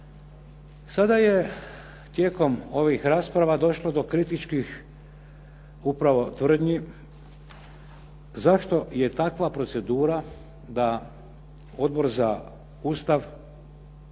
Sada je tijekom ovih rasprava došlo do kritičkih upravo tvrdnji zašto je takva procedura da Odbor za Ustav